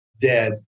dead